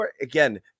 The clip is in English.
Again